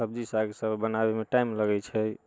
सब्जी साग सभ बनाबैमे टाइम लगैत छै